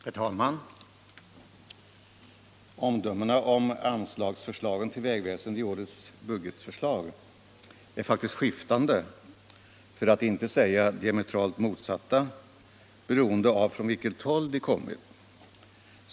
Herr talman! Omdömena om förslagen till anslag till vägväsendet i årets budget är mycket skiftande och ibland diametralt motsatta, beroende på från vilket håll de kommit.